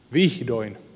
uudistettua